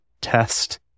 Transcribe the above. test